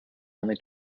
only